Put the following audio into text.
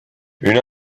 une